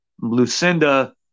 Lucinda